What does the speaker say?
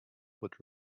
would